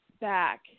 back